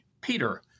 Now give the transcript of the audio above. Peter